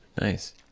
Nice